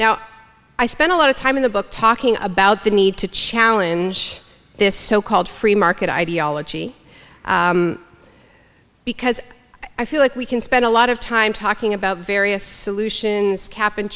now i spent a lot of time in the book talking about the need to challenge this so called free market ideology because i feel like we can spend a lot of time talking about various solutions cap and